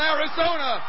Arizona